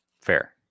Fair